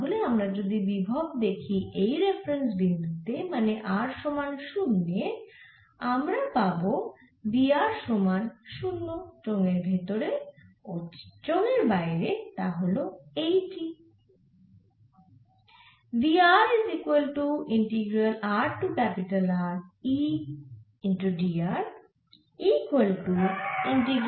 তাহলে আমরা যদি বিভব দেখি এই রেফারেন্স বিন্দু তে মানে r সমান 0 তে আমরা পাবো v r সমান 0 চোঙের ভেতরে ও চোঙের বাইরে তা হল এইটি